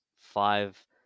five